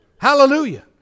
Hallelujah